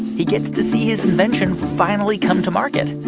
he gets to see his invention finally come to market.